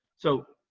so,